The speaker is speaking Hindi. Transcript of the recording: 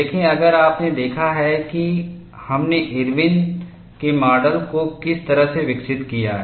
देखें अगर आपने देखा है कि हमने इरविनIrwin's के माडल को किस तरह से विकसित किया है